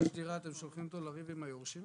אדם יורש דירה אתם שולחים אותו לריב עם היורשים?